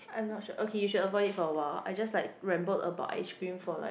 I'm not sure okay you should avoid it for a while I just like rambled about ice cream for like